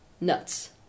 nuts